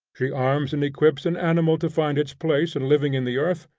she arms and equips an animal to find its place and living in the earth,